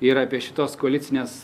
ir apie šitos koalicinės